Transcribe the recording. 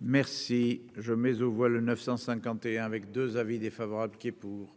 Merci. Je mais voit le 951 avec 2 avis défavorable qui est pour.